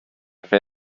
fer